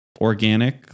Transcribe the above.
organic